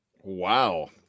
Wow